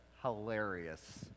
hilarious